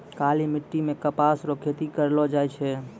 काली मिट्टी मे कपास रो खेती करलो जाय छै